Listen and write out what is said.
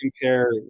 compare